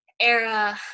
era